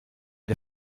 der